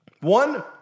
one